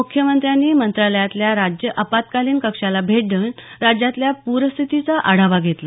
मुख्यमंत्र्यांनी मंत्रालयातल्या राज्य आपत्कालीन कक्षाला भेट देऊन राज्यातल्या पूरपरिस्थितीचा आढावा घेतला